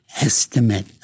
estimate